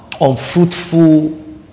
unfruitful